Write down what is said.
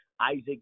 Isaac